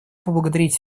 поблагодарить